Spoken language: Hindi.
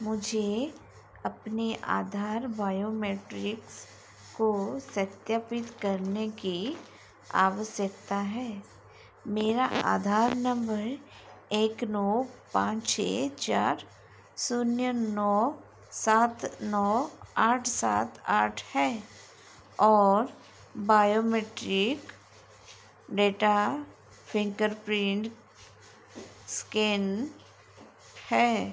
मुझे अपने आधार बायोमैट्रिक्स को सत्यापित करने की आवश्यकता है मेरा आधार नम्बर एक नौ पाँच छः चार शून्य नौ सात नौ आठ सात आठ है और बायोमैट्रिक डेटा फ़िन्गरप्रिंट स्केन है